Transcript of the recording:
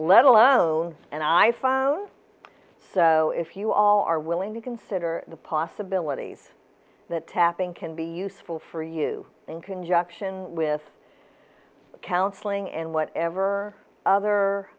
let alone and i phones so if you all are willing to consider the possibilities that tapping can be useful for you in conjunction with counseling and whatever other